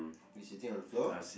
sitting on the floor